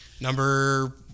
Number